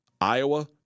Iowa